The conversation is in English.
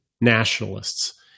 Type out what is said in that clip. nationalists